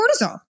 cortisol